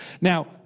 Now